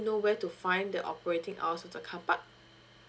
know where to find the operating hours of the carpark